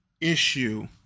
issue